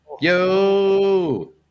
Yo